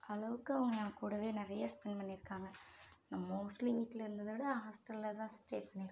அளவுக்கு அவங்கள் என் கூடவே நிறையா ஸ்பென்ட் பண்ணியிருக்காங்க மோஸ்ட்லி வீட்டில் இருந்ததோட ஹாஸ்டலில் தான் ஸ்டே பண்ணிருக்கேன்